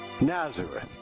Nazareth